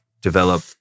develop